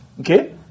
Okay